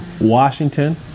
Washington